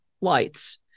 lights